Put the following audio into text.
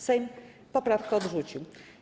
Sejm poprawkę odrzucił.